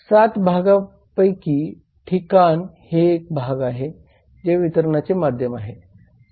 7 भागांपैकी ठिकाण हे एक भाग आहे जे वितरणाचे माध्यम आहे